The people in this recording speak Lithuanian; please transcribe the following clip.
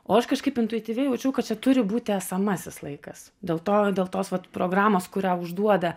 o aš kažkaip intuityviai jaučiau kad čia turi būti esamasis laikas dėl to dėl tos vat programos kurią užduoda